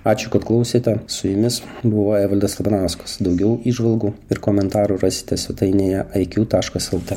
ačiū kad klausėte su jumis buvo evaldas labanauskas daugiau įžvalgų ir komentarų rasite svetainėje aikiu taškas lt